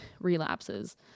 relapses